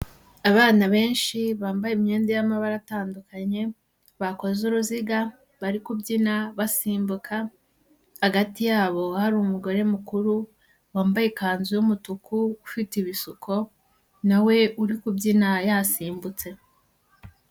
Abana benshi bambaye imyenda y'amabara atandukanye bakoze uruziga bari kubyina basimbuka, hagati yabo hari umugore mukuru wambaye ikanzu y'umutuku ufite ibisuko na we uri kubyina yasimbutse.